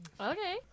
Okay